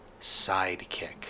sidekick